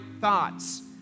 thoughts